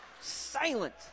silent